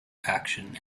action